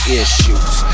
issues